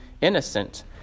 innocent